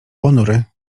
ponury